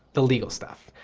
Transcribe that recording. the legal stuff.